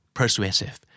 persuasive